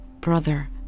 Brother